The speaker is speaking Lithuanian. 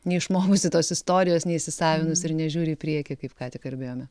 neišmokusi tos istorijos neįsisavinus ir nežiūri į priekį kaip ką tik kalbėjome